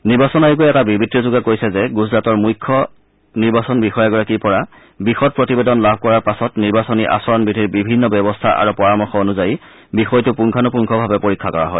নিৰ্বাচন আয়োগে এটা বিবৃতিযোগে কৈছে যে গুজৰাটৰ মূখ্য নিৰ্বাচনী বিষয়াগৰাকীৰ পৰা বিশদ প্ৰতিবেদন লাভ কৰাৰ পাছত নিৰ্বাচনী আচৰণবিধিৰ বিভিন্ন ব্যৱস্থা আৰু পৰামৰ্শ অনুযায়ী বিষয়টো পুংখানুপুংখভাৱে পৰীক্ষা কৰা হয়